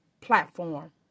platform